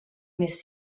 més